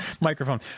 microphone